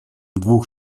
двух